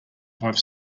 five